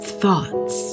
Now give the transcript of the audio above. thoughts